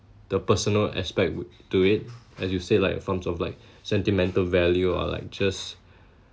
the personal aspect to it as you said like forms of like sentimental value or like just